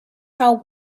how